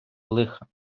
лиха